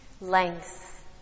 length